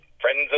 friends